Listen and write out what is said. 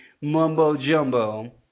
mumbo-jumbo